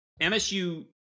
MSU